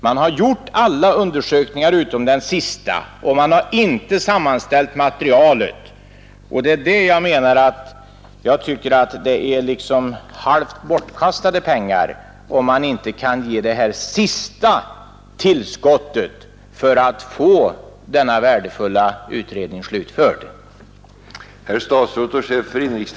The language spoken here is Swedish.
Man har gjort alla undersökningar utom den sista och man har inte sammanställt materialet, och jag tycker att det är halvt bortkastade pengar om man inte kan ge det här sista tillskottet för att få denna värdefulla utredning slutförd.